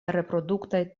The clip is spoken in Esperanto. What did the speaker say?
reproduktaj